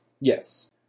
Yes